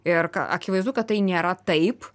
ir ką akivaizdu kad tai nėra taip